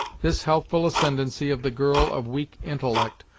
this healthful ascendancy of the girl of weak intellect,